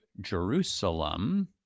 Jerusalem